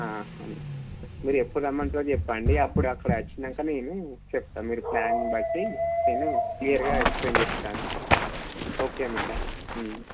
హా మీరు ఎప్పుడు రమ్మంటారో చెప్పండి అప్పుడు అక్కడ వచ్చాక మేము చెప్తాం మీరు ప్లాన్ను బట్టి నేను క్లియర్గా ఎక్సప్లయిన్ చేస్తాను ఓకే మేడమ్